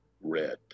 red